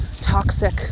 toxic